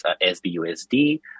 SBUSD